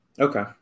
Okay